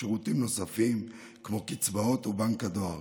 שירותים נוספים, כמו קצבאות או בנק הדואר.